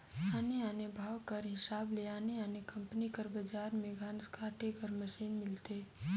आने आने भाव कर हिसाब ले आने आने कंपनी कर बजार में घांस काटे कर मसीन मिलथे